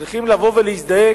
צריכים לבוא ולהזדעק,